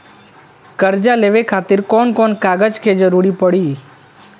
कर्जा लेवे खातिर कौन कौन कागज के जरूरी पड़ी?